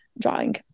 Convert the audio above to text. drawing